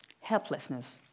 helplessness